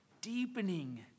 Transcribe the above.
deepening